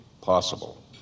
possible